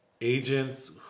agents